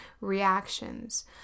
reactions